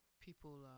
people